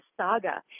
saga